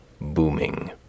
booming